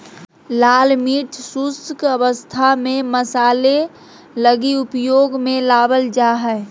लाल मिर्च शुष्क अवस्था में मसाले लगी उपयोग में लाबल जा हइ